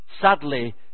sadly